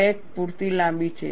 crack પૂરતી લાંબી છે